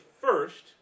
first